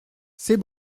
c’est